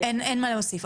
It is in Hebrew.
אין מה להוסיף.